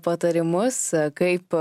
patarimus kaip